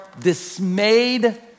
dismayed